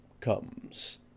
comes